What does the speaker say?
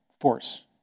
force